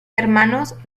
hermanos